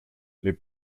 les